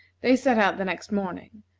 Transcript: they set out the next morning,